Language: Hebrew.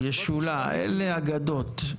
ישולה, אלה אגדות.